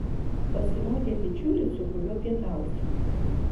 pasirodė bičiulis su kuriuo pietausiu